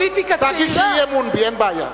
תגישי אי-אמון בי, אין בעיה.